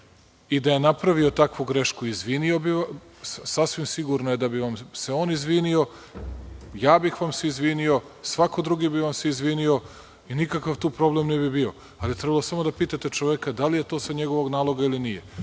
i da je napravio takvu grešku, sasvim sigurno je da bi vam se on izvinio, ja bih vam se izvinio i svako bi vam se izvinio i nikakav tu problem ne bi bio, ali je trebalo samo da pitate čoveka da li je to sa njegovog naloga ili nije.